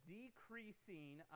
decreasing